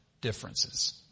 differences